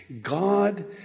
God